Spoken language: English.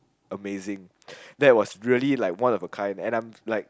amazing that was really like one of a kind and I'm like